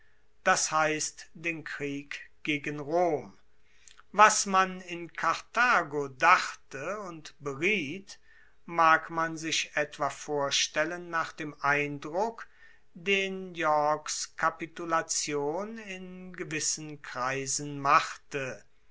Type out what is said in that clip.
das heisst den krieg gegen rom was man in karthago dachte und beriet mag man sich etwa vorstellen nach dem eindruck den yorks kapitulation in gewissen kreisen machte